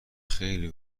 خیلی